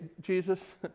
Jesus